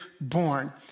born